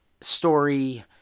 story